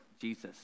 Jesus